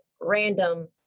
random